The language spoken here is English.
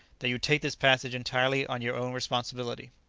that you take this passage entirely on your own responsibility.